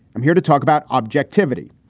i'm here to talk about objectivity.